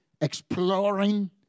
exploring